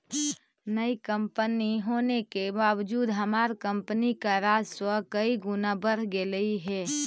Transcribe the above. नई कंपनी होने के बावजूद हमार कंपनी का राजस्व कई गुना बढ़ गेलई हे